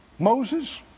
Moses